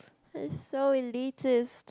so elitist